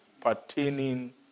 pertaining